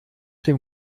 dem